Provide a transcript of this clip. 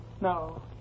No